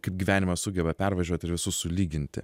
kaip gyvenimas sugeba pervažiuot ir visus sulyginti